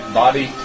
body